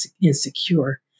insecure